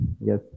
Yes